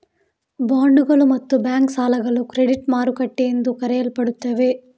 ಬಾಂಡುಗಳು ಮತ್ತು ಬ್ಯಾಂಕ್ ಸಾಲಗಳು ಕ್ರೆಡಿಟ್ ಮಾರುಕಟ್ಟೆ ಎಂದು ಕರೆಯಲ್ಪಡುತ್ತವೆ